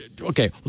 okay